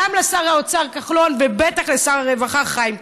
גם לשר האוצר כחלון ובטח לשר הרווחה חיים כץ.